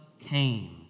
came